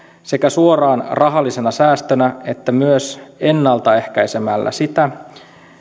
sekä suoraan rahallisena säästönä että myös ennalta ehkäisemällä sitä